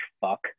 fuck